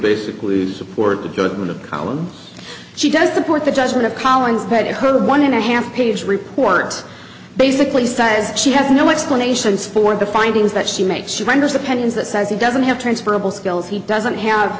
basically support the judgment of column she does support the judgment of collins but her one and a half page report basically says she has no explanations for the findings that she makes she wonders opinions that says he doesn't have transferable skills he doesn't have